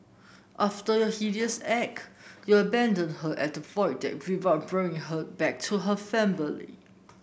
after your heinous you abandoned her at the Void Deck without bringing her back to her family